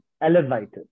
elevated